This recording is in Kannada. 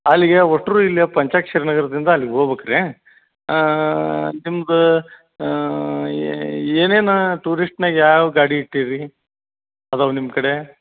ಅಲ್ಲಿಗೆ ಒಟ್ಟು ಇಲ್ಲೇ ಪಂಚಾಕ್ಷರಿನಗರದಿಂದ ಅಲ್ಲಿಗೆ ಹೋಗ್ಬೇಕ್ ರೀ ನಿಮ್ದು ಏನೇನು ಟೂರಿಸ್ಟ್ನಾಗ ಯಾವ ಯಾವ ಗಾಡಿ ಇಟ್ಟೀರಿ ರೀ ಅದಾವೆ ನಿಮ್ಮ ಕಡೆ